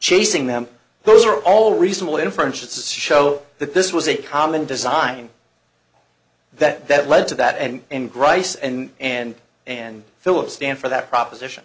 chasing them those are all reasonable inference it's show that this was a common design that that led to that and grice and and and philip stand for that proposition